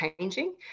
changing